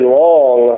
long